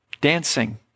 Dancing